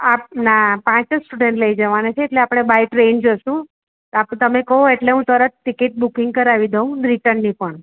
આપ ના પાંચ જ સ્ટુડન્ટ લઈ જવાના છે એટલે આપણે બાય ટ્રેન જઈશું હા તો તમે કહો એટલે હું તરત ટિકિટ બુકિંગ કરાવી દઉં રિટર્નની પણ